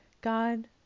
God